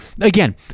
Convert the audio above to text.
Again